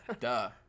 duh